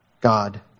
God